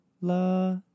la